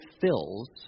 fills